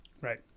right